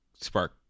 Spark